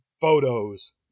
photos